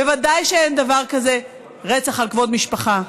בוודאי שאין דבר כזה רצח על כבוד משפחה.